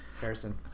Harrison